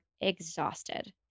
exhausted